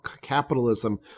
capitalism